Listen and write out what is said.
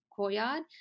courtyard